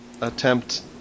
attempt